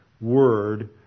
word